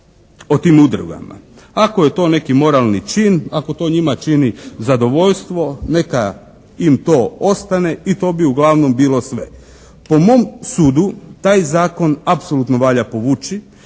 o tim udrugama. Ako je to neki moralni čin, ako to njima čini zadovoljstvo neka im to ostane i to bi uglavnom bilo sve. Po mom sudu taj zakon apsolutno valja povući.